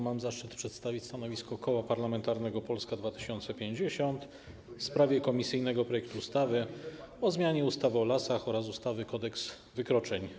Mam zaszczyt przedstawić stanowisko Koła Parlamentarnego Polska 2050 w sprawie komisyjnego projektu ustawy o zmianie ustawy o lasach oraz ustawy Kodeks wykroczeń.